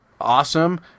awesome